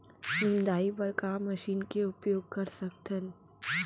निंदाई बर का मशीन के उपयोग कर सकथन?